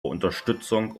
unterstützung